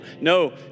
No